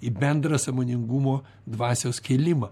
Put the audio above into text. į bendrą sąmoningumo dvasios kėlimą